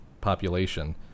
population